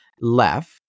left